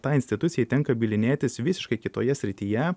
tai institucijai tenka bylinėtis visiškai kitoje srityje